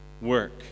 Work